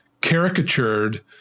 caricatured